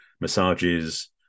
massages